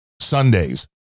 Sundays